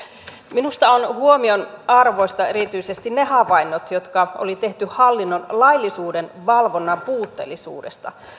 minusta ovat huomionarvoisia erityisesti ne havainnot jotka oli tehty hallinnon laillisuuden valvonnan puutteellisuudesta